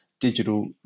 digital